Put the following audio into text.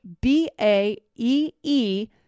B-A-E-E